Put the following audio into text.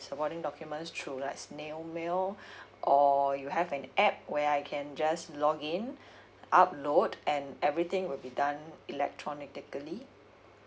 supporting documents through like snail mail or you have an app where I can just login upload and everything will be done electronically